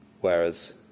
Whereas